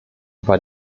war